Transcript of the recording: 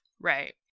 Right